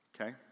okay